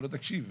אומר לו: תקשיב,